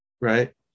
right